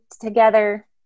together